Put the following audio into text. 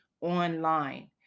online